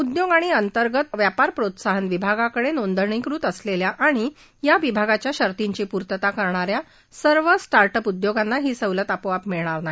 उद्योग आणि अंतर्गत व्यापार प्रोत्साहन विभागाकडे नोंदणीकृत असलेल्या आणि या विभागाच्या शर्तींची पूर्तता करणाऱ्या सर्व स्टार्ट अप उद्योगांना ही सवलत आपोआप मिळणार नाही